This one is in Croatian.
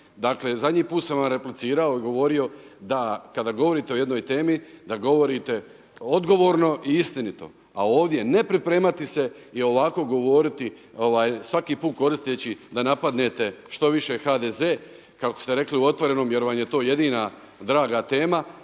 Dakle, zadnji put sam vam replicirao i govorio da kada govorite o jednoj temi, da govorite odgovorno i istinito a ovdje ne pripremati se i ovako govoriti svaki put koristeći da napadnete što više HDZ kako ste rekli u „Otvorenom“ jer vam je to jedina draga tema,